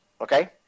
Okay